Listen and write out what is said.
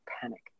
panic